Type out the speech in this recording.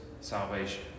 salvation